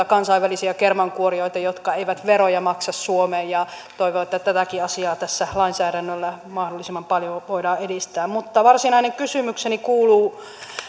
kansainvälisiä kermankuorijoita jotka eivät veroja maksa suomeen toivon että tätäkin asiaa tässä lainsäädännöllä mahdollisimman paljon voidaan edistää mutta varsinainen kysymykseni kuuluu